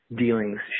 dealings